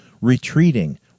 retreating